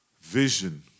Vision